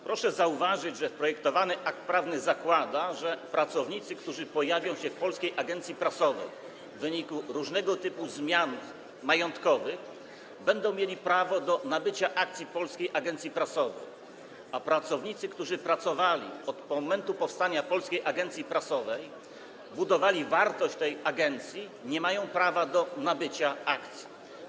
Proszę zauważyć, że projektowany akt prawny zakłada, że pracownicy, którzy pojawią się w Polskiej Agencji Prasowej w wyniku różnego typu zmian majątkowych, będą mieli prawo do nabycia akcji Polskiej Agencji Prasowej, a pracownicy, którzy pracowali od momentu powstania Polskiej Agencji Prasowej, budowali wartość tej agencji, nie mają prawa do nabycia akcji.